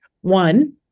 One